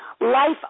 life